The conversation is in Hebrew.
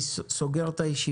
אני סוגר את הישיבה.